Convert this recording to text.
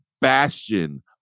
bastion